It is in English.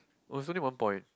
oh is only one point